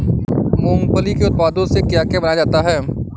मूंगफली के उत्पादों से क्या क्या बनाया जाता है?